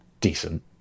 decent